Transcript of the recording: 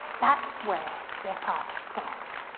that's where their paths crossed.